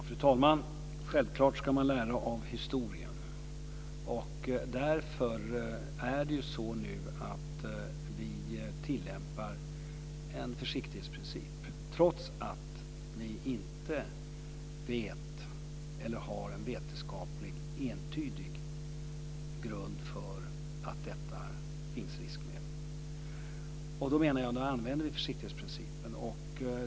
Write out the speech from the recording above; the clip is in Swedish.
Fru talman! Självklart ska man lära av historien. Därför tillämpar vi en försiktighetsprincip, trots att vi inte vet eller har en vetenskaplig entydig grund för att det finns risker.